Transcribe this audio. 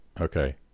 Okay